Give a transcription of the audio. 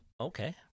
Okay